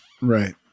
Right